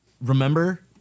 Remember